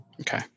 Okay